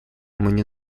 мне